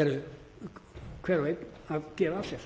er að gefa af sér,